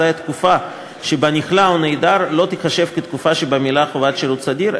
אזי התקופה שבה נכלא או נעדר לא תיחשב כתקופה שבה מילא חובת שירות סדיר,